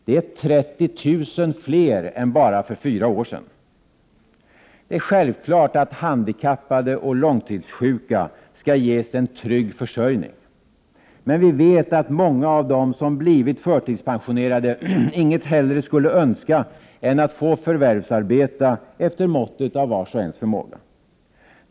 Det är 30 000 fler än för bara fyra år sedan. Det är självklart att handikappade och långtidssjuka skall ges en trygg försörjning. Men vi vet att många av dem som blivit förtidspensionerade inget hellre skulle önska än att få förvärvsarbeta efter måttet av vars och ens förmåga.